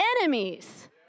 enemies